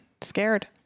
scared